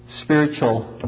spiritual